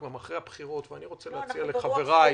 אנחנו אחרי הבחירות ואני רוצה להציע לחבריי.